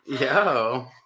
Yo